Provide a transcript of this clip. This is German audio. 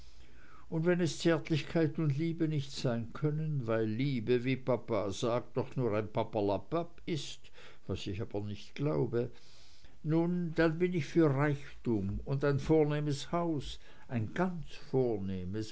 und wenn es zärtlichkeit und liebe nicht sein können weil liebe wie papa sagt doch nur ein papperlapapp ist was ich aber nicht glaube nun dann bin ich für reichtum und ein vornehmes haus ein ganz vornehmes